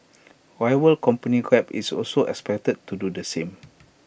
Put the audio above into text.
rival company grab is also expected to do the same